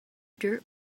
dirt